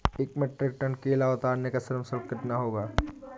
एक metric ton केला उतारने का श्रम शुल्क कितना होगा?